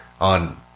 on